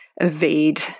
evade